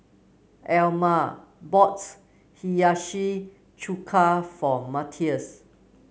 Elmer bought Hiyashi Chuka for Mathias